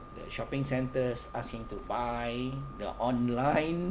the shopping centres asking to buy the online